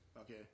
Okay